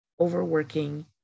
overworking